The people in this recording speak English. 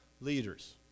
leaders